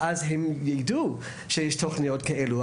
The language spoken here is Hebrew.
ואז הם יידעו שיש תכניות כאלו,